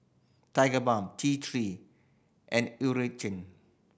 Tigerbalm T Three and Eucerin